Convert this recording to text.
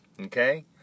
okay